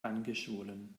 angeschwollen